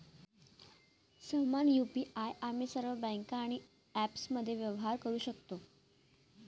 समान यु.पी.आई आम्ही सर्व बँका आणि ॲप्समध्ये व्यवहार करू शकतो